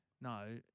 no